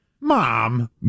Mom